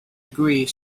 degree